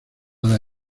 las